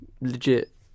legit